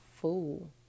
fool